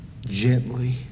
gently